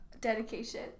Dedication